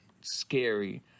scary